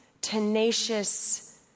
tenacious